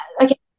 Okay